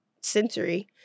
sensory